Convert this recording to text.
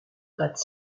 gratte